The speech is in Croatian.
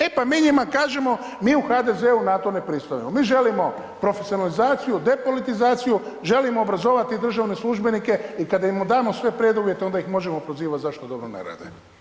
E pa mi njima kažemo, mi u HDZ-u na to ne pristajemo, mi želimo profesionalizaciju, depolitizaciju, želimo obrazovati državne službenike i kad im damo sve preduvjete, onda ih možemo prozivat zašto dobro ne rade.